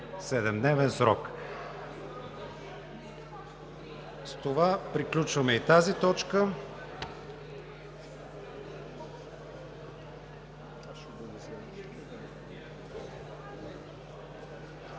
седемдневен срок. С това приключваме и тази точка.